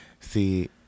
See